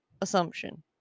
assumption